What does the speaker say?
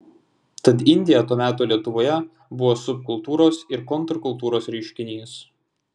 tad indija to meto lietuvoje buvo subkultūros ir kontrkultūros reiškinys